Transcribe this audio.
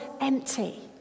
empty